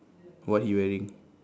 what he wearing